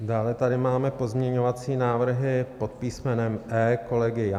Dále tady máme pozměňovací návrhy pod písmenem E kolegy Jandy.